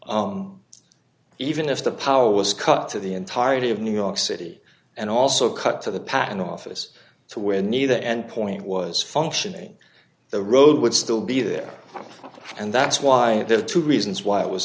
up even if the power was cut to the entirety of new york city and also cut to the patent office to where neither endpoint was functioning the road would still be there and that's why there are two reasons why it was